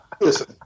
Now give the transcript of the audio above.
Listen